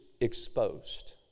exposed